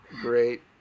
Great